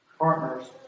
partners